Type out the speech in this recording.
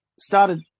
Started